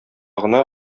гына